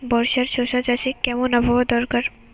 বর্ষার শশা চাষে কেমন আবহাওয়া দরকার?